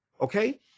okay